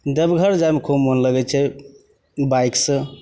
देवघर जाइमे खूब मोन लगै छै बाइकसे